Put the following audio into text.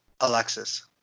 Alexis